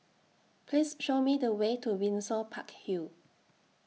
Please Show Me The Way to Windsor Park Hill